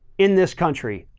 in this country.